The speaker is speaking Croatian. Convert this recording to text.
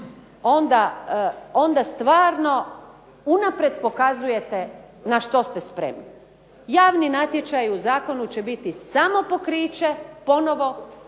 onda stvarno unaprijed pokazujete na što ste spremni. Javni natječaji u zakonu će biti samo pokriće ponovno